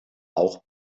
auch